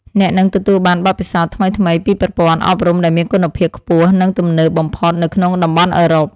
អ្នកនឹងទទួលបានបទពិសោធន៍ថ្មីៗពីប្រព័ន្ធអប់រំដែលមានគុណភាពខ្ពស់និងទំនើបបំផុតនៅក្នុងតំបន់អឺរ៉ុប។